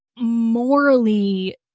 morally